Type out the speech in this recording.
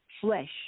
flesh